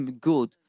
good